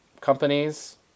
companies